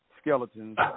skeletons